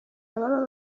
ababa